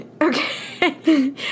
Okay